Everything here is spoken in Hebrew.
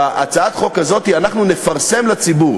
לפי הצעת החוק הזאת אנחנו נפרסם לציבור